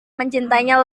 mencintainya